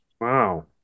wow